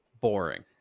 boring